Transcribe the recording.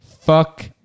Fuck